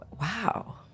wow